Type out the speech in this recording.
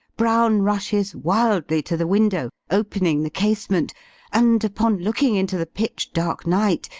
brown rushes wildly to the window, opening the casement and, upon looking into the pitch-dark night,